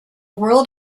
world